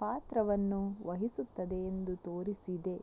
ಪಾತ್ರವನ್ನು ವಹಿಸುತ್ತದೆ ಎಂದು ತೋರಿಸಿದೆ